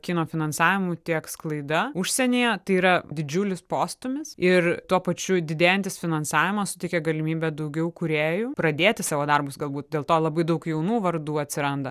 kino finansavimu tiek sklaida užsienyje tai yra didžiulis postūmis ir tuo pačiu didėjantis finansavimas suteikia galimybę daugiau kūrėjų pradėti savo darbus galbūt dėl to labai daug jaunų vardų atsiranda